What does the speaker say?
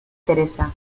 teresa